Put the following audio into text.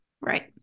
Right